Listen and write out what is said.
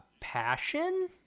passion